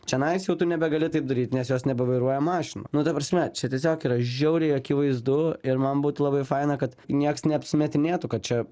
čionais jau tu nebegali taip daryt nes jos nebevairuoja mašinų nu ta prasme čia tiesiog yra žiauriai akivaizdu ir man būtų labai faina kad nieks neapsimetinėtų kad čia